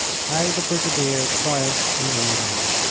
how the brigadier triumphed in england